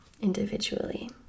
individually